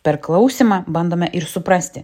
per klausymą bandome ir suprasti